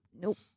Nope